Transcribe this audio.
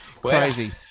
crazy